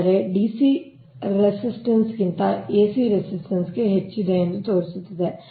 ಅಂದರೆ DC resistance ಗಿಂತ AC resistance ಹೆಚ್ಚಿದೆ ಎಂದು ಇದು ತೋರಿಸುತ್ತದೆ